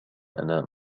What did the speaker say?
أنام